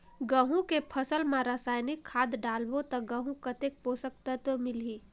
गंहू के फसल मा रसायनिक खाद डालबो ता गंहू कतेक पोषक तत्व मिलही?